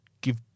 give